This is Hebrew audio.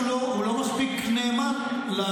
ויכול להיות שהוא לא מספיק נאמן לשלטון,